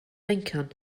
lincoln